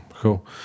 Cool